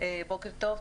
בוקר טוב.